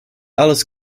alice